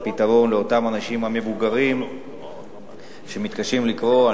הפתרון לאותם אנשים מבוגרים שמתקשים לקרוא,